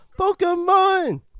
Pokemon